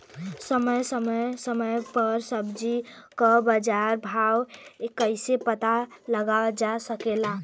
समय समय समय पर सब्जी क बाजार भाव कइसे पता लगावल जा सकेला?